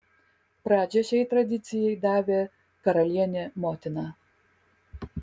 pradžią šiai tradicijai davė karalienė motina